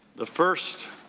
the first